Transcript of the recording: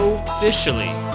Officially